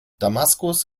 damaskus